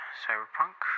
cyberpunk